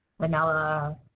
vanilla